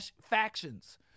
factions